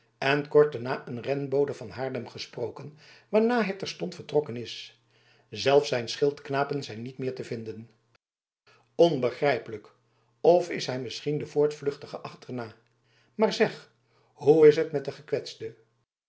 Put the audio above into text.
en kort daarna een renbode van haarlem gesproken waarna hij terstond vertrokken is zelfs zijn schildknapen zijn niet meer te vinden onbegrijpelijk of is hij misschien den voortvluchtige achterna maar zeg hoe is het met den gekwetste